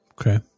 Okay